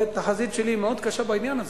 התחזית שלי היא מאוד קשה בעניין הזה.